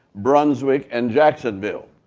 brunswick and jacksonville,